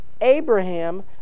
Abraham